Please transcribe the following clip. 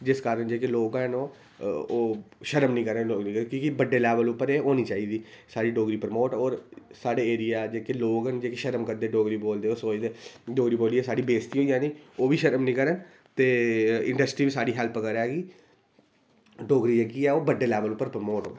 जिस कारन जेह्ड़े लोक हैन ओह् ओह् शर्म निं करन डोगरी लेई कि की बड्डे लेवल उप्पर एह् होनी चाहिदी साढ़ी डोगरी प्रमोट होर साढ़े एरिया जेह्के लोग न जेह्के शर्म करदे डोगरी बोलदे ओह् सोचदे डोगरी बोलियै साढ़ी बेसती होई जानी ओह् बी शर्म निं करै ते इंडस्ट्री बी साढ़ी हैल्प करै कि डोगरी जेह्की ऐ ओह् बड्डे लैवल उप्पर प्रमोट होऐ